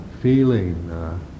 feeling